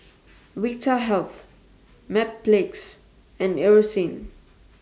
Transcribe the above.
Vitahealth Mepilex and Eucerin